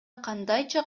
кандайча